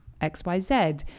XYZ